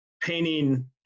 painting